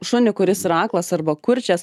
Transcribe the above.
šunį kuris yra aklas arba kurčias